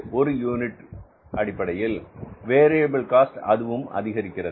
ஒரு unit variable cost அதுவும் அதிகரிக்கிறது